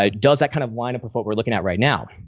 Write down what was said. um does that kind of line up with what we're looking at right now?